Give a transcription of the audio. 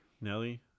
nelly